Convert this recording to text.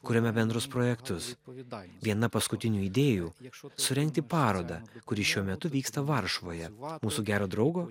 kuriame bendrus projektus viena paskutinių idėjų surengti parodą kuri šiuo metu vyksta varšuvoje mūsų gero draugo